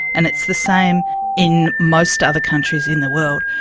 and it's the same in most other countries in the world.